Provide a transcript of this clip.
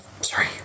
Sorry